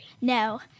No